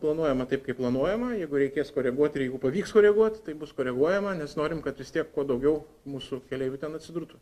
planuojama taip kaip planuojama jeigu reikės koreguot ir jeigu pavyks koreguot tai bus koreguojama nes norim kad vis tiek kuo daugiau mūsų keleivių ten atsidurtų